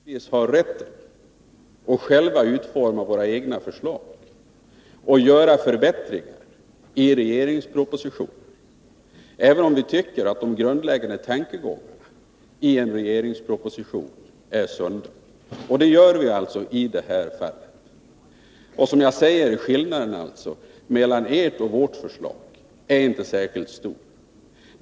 Herr talman! Vi måste naturligtvis ha rätt att själva utforma våra egna förslag och göra förbättringar i regeringens proposition, även om vi tycker att de grundläggande tankegångarna i en regeringsproposition är sunda — och det gör vi alltså i det här fallet. Som jag sade är skillnaderna mellan ert och vårt förslag inte särskilt stora.